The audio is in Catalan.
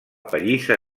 pallissa